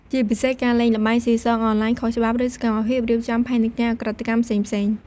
ជាពិសេស ការលេងល្បែងស៊ីសងអនឡាញខុសច្បាប់ ឬសកម្មភាពរៀបចំផែនការឧក្រិដ្ឋកម្មផ្សេងៗ។